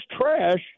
trash